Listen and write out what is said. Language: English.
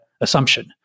assumption